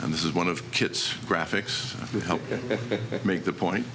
and this is one of kit's graphics to help make the point